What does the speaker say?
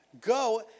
Go